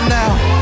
now